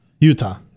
Utah